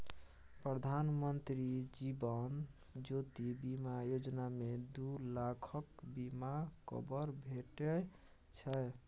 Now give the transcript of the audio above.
प्रधानमंत्री जीबन ज्योती बीमा योजना मे दु लाखक बीमा कबर भेटै छै